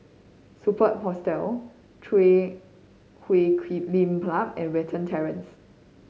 Superb Hostel Chui Huay Lim Club and Watten Terrace